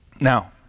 Now